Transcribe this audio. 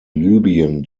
libyen